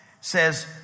says